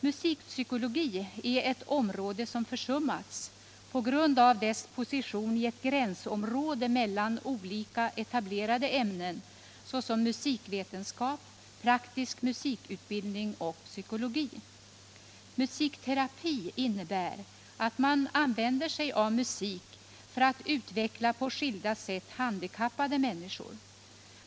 Musikpsykologi är ett område som försummats på grund av dess position i ett gränsområde mellan olika etablerade ämnen, såsom musikvetenskap, praktisk musikutbildning och psykologi. Musikterapi innebär att man använder sig av musik för att på skilda sätt utveckla handikappade människor.